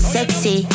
Sexy